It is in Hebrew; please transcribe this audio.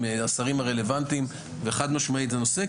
עם השרים הרלוונטיים וחד משמעית זה נושא,